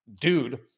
dude